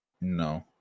No